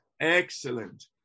excellent